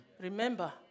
Remember